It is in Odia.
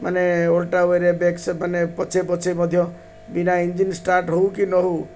ମାନେ ଓଲଟା ୱେରେ ବ୍ୟାକସ୍ ମାନେ ପଛେ ପଛେ ମଧ୍ୟ ବିନା ଇଞ୍ଜିନ୍ ଷ୍ଟାର୍ଟ୍ ହଉ କି ନହଉ